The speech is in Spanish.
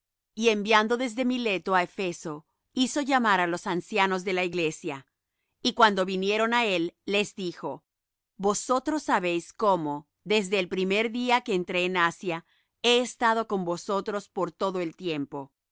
y enviando desde mileto á efeso hizo llamar á los ancianos de la iglesia y cuando vinieron á él les dijo vosotros sabéis cómo desde el primer día que entré en asia he estado con vosotros por todo el tiempo